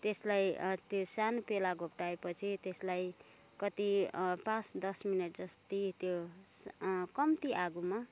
त्यसलाई त्यो सानो प्याला घोप्टाएपछि त्यसलाई कति पाँच दस मिनट जति त्यो कम्ति आगोमा